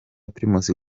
primus